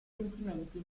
sentimenti